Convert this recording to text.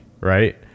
right